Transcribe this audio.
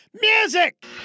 Music